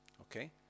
okay